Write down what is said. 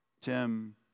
Tim